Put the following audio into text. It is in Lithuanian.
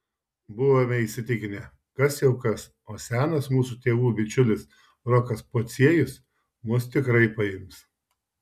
buvome įsitikinę kas jau kas o senas mūsų tėvų bičiulis rokas pociejus mus tikrai paims